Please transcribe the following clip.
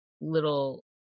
little